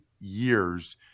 years